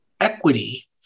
Equity